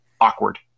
awkward